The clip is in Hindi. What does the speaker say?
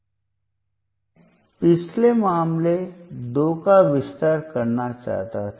तो मैं पिछले मामले 2 का विस्तार करना चाहता था